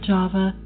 Java